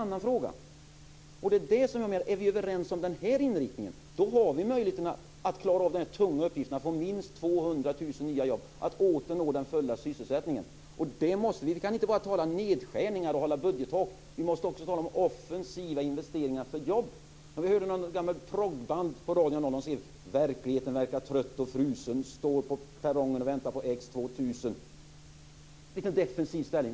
Är vi överens om den inriktningen har vi möjlighet att klara av den tunga uppgiften att skapa minst 200 000 nya jobb och åter nå full sysselsättning. Vi kan inte bara tala nedskärningar och budgettak. Vi måste också tala om offensiva investeringar för jobb. Häromdagen hörde jag ett gammalt proggband på radion: Verkligheten verkar trött och frusen, står på perrongen och väntar på X 2000. Vilken defensiv inställning!